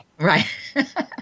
right